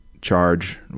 charge